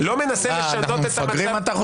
לא מנסה לשנות את המצב.